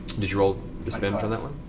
did you roll disadvantage on that one?